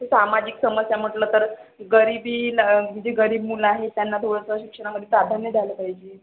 सामाजिक समस्या म्हटलं तर गरीबीला म्हणजे गरीब मुलं आहेत त्यांना थोडंसं शिक्षणामध्ये प्राधान्य द्यायला पाहिजे